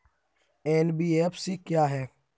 NBFC क्या है?